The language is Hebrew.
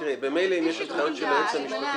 ממילא אם יש הנחיות של היועץ המשפטי,